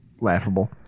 laughable